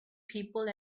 people